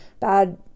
bad